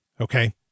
okay